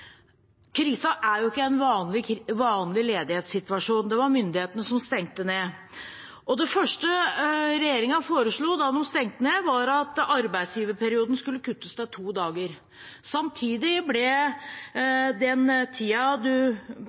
er ikke en vanlig ledighetssituasjon. Det var myndighetene som stengte ned. Det første regjeringen foreslo da de stengte ned, var at arbeidsgiverperioden skulle kuttes til to dager. Samtidig ble